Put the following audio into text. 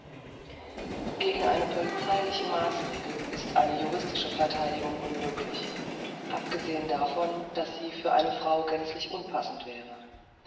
gegen eine polizeiliche maßregel ist eine juristische vertheidigung unmöglich abgesehen davon daß sie für eine frau gänzlich unpassend wäre